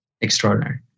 extraordinary